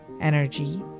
energy